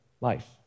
life